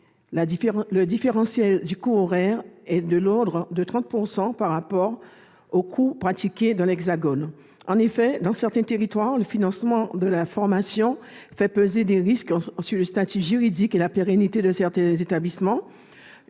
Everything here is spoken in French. Le différentiel de coût horaire est de l'ordre de 30 % par rapport aux coûts pratiqués dans l'Hexagone. Enfin, dans certains territoires, le financement de la formation fait peser des risques sur le statut juridique et la pérennité de certains établissements